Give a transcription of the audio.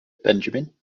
benjamin